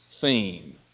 theme